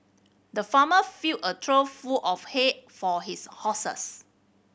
the farmer filled a trough full of hay for his horses